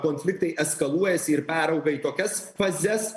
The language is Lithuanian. konfliktai eskaluojasi ir perauga į tokias fazes